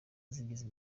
zigizwe